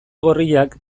gorriak